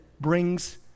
brings